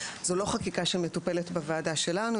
זו לא חקיקה שמטופלת בוועדה שלנו,